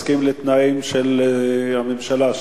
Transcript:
מסכים לתנאים של הממשלה,